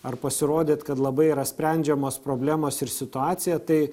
ar pasirodyt kad labai yra sprendžiamos problemos ir situacija tai